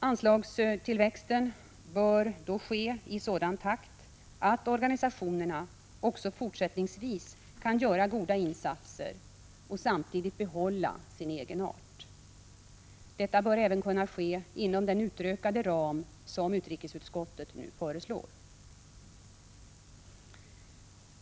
Anslagstillväxten bör dock ske i sådan takt att organisationerna också fortsättningsvis kan göra goda insatser och samtidigt behålla sin egenart. Detta bör även kunna ske inom den utökade ram som utrikesutskottet nu föreslår.